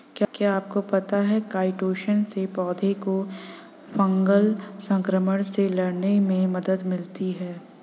क्या आपको पता है काइटोसन से पौधों को फंगल संक्रमण से लड़ने में मदद मिलती है?